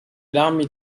l’armée